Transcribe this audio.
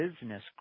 business